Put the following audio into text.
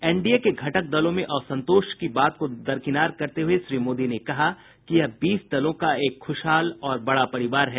NDA के घटक दलों में असंतोष की बात को दरकिनार करते हुए श्री मोदी ने कहा कि यह बीस दलों का एक खुशहाल और बड़ा परिवार है